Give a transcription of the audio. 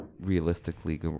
realistically